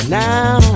now